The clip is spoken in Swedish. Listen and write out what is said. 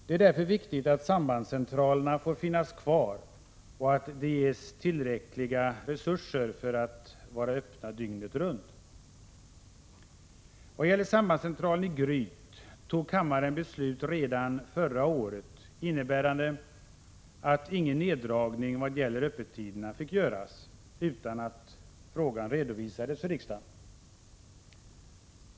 Det är därför viktigt att sambandscentralerna får finnas kvar och att de ges tillräckliga resurser för att hålla öppnet dygnet runt. Vad gäller sambandscentralen i Gryt fattade kammaren redan förra året ett beslut som innebar att ingen neddragning på öppettiderna fick göras utan att frågan redovisades för riksdagen.